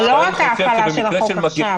זו לא רק ההפעלה של החוק עכשיו,